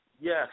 Yes